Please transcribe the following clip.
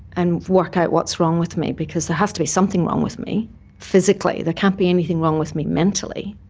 and work out what's wrong with me because there has to be something wrong with me physically, there can't be anything wrong with me mentally.